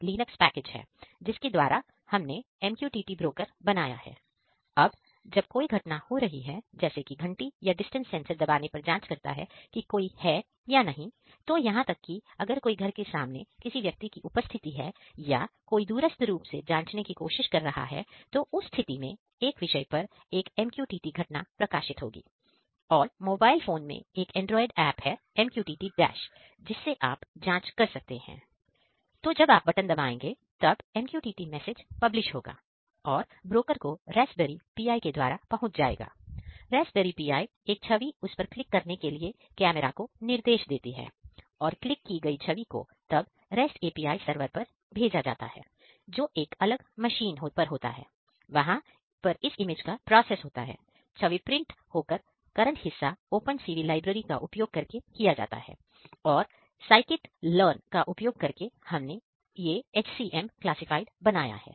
MQTT broker को Raspberry Pi में connect किया गया है का उपयोग करके हमनेHCM क्लासिफाइड बनाया है